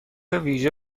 ویژه